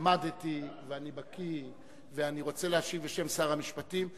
למדתי ואני בקי ואני רוצה להשיב בשם שר המשפטים,